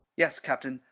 yes, captain,